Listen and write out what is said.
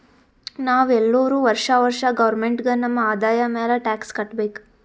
ನಾವ್ ಎಲ್ಲೋರು ವರ್ಷಾ ವರ್ಷಾ ಗೌರ್ಮೆಂಟ್ಗ ನಮ್ ಆದಾಯ ಮ್ಯಾಲ ಟ್ಯಾಕ್ಸ್ ಕಟ್ಟಬೇಕ್